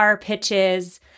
pitches